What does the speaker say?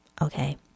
okay